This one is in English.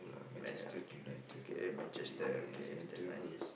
Man-U okay okay Manchester okay that's nice